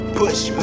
push